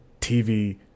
tv